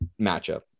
matchup